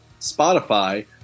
Spotify